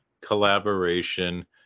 collaboration